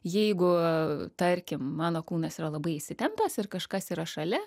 jeigu tarkim mano kūnas yra labai įsitempęs ir kažkas yra šalia